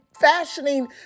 fashioning